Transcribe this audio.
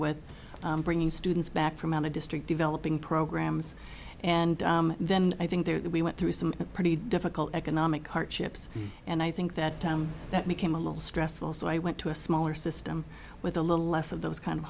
with bringing students back from around the district developing programs and then i think that we went through some pretty difficult economic hardships and i think that time that became a little stressful so i went to a smaller system with a little less of those kind of